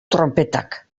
tronpetak